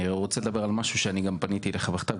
אני רוצה לדבר על משהו שאני גם פניתי אליך בכתב.